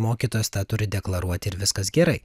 mokytojas tą turi deklaruoti ir viskas gerai